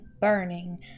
burning